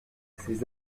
ces